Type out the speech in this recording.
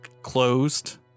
closed